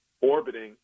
orbiting